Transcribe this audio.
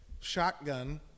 shotgun